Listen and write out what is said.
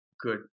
good